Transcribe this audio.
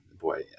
boy